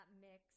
mix